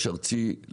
יש ארצי,